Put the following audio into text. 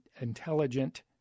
intelligent